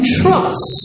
trust